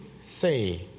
say